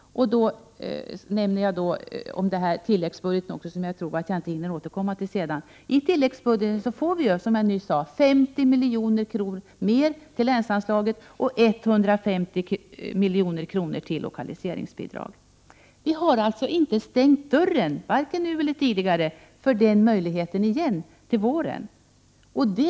Jag nämner nu också tilläggsbudgeten, som jag tror att jag inte hinner återkomma till senare. I tilläggsbudgeten får vi, som jag nyss sade, 50 milj.kr. mer till länsanslaget och 150 milj.kr. till lokaliseringsbidrag. Vi har alltså inte stängt dörren, vare sig nu eller tidigare, för att igen, till våren, använda den möjligheten.